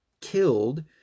killed